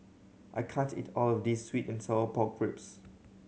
I can't eat all of this sweet and sour pork ribs